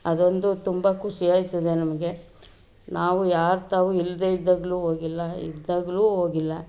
ಅದೊಂದು ತುಂಬ ಖುಷಿಯಾಯ್ತದೆ ನಮಗೆ ನಾವು ಯಾರ್ತಾವು ಇಲ್ಲದೇ ಇದ್ದಾಗಲೂ ಹೋಗಿಲ್ಲ ಇದ್ದಾಗಲೂ ಹೋಗಿಲ್ಲ